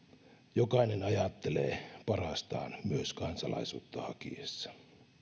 jokainen ajattelee parastaan myös kansalaisuutta hakiessaan